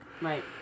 Right